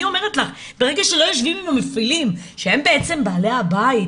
אני אומרת לך ברגע שלא יושבים עם המפעילים שהם בעצם בעלי הבית,